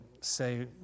say